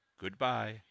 Goodbye